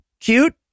cute